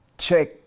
Check